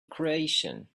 creation